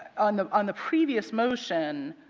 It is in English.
on the on the previous motion,